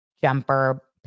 jumper